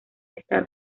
están